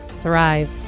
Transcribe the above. thrive